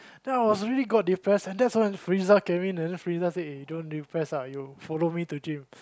then I was really got depress that's when Friza came in man then Friza said eh don't depress ah you follow me to gym